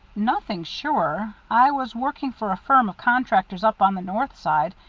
nothing sure. i was working for a firm of contractors up on the north side,